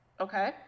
okay